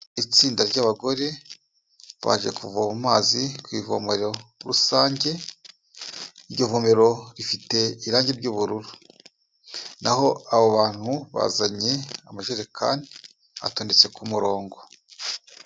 Itsinda ry'abagore baje kuvoma amazi ku ivomero rusange, iryo vomero rifite irangi ry'ubururu, naho abo bantu bazanye amajerekani atondetse ku murongo.